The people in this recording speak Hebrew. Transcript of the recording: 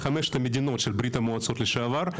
בחמשת המדינות של ברית-המועצות לשעבר,